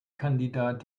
kandidat